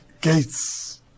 gates